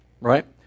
Right